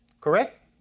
Correct